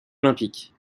olympique